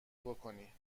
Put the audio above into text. بکنی